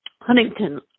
Huntington